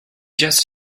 just